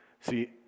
See